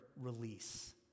release